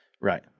Right